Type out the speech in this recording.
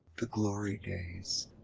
the glory days!